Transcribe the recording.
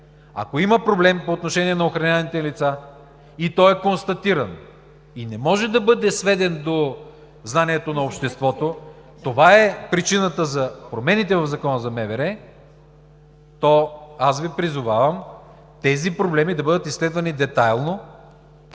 Ако има проблем по отношение на охраняемите лица и той е констатиран, и не може да бъде сведен до знанието на обществото – това е причината за промените в Закона за МВР, то аз Ви призовавам тези проблеми да бъдат изследвани детайлно,